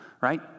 right